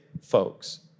folks